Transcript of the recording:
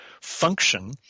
function